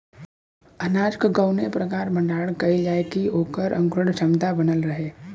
अनाज क कवने प्रकार भण्डारण कइल जाय कि वोकर अंकुरण क्षमता बनल रहे?